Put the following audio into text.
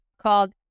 called